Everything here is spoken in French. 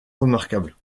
remarquables